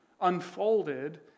unfolded